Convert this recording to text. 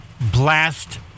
blast